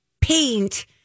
paint